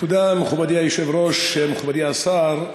תודה, מכובדי היושב-ראש, מכובדי השר,